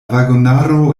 vagonaro